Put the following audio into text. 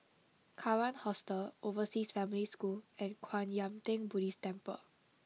Kawan Hostel Overseas Family School and Kwan Yam Theng Buddhist Temple